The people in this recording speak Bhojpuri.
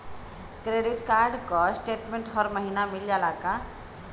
क्रेडिट कार्ड क स्टेटमेन्ट हर महिना मिल जाला का?